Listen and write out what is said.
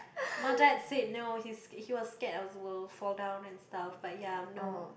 my dad said no he's he was scared I will fall down and stuff but ya I'm no